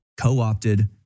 co-opted